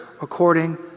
according